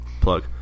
Plug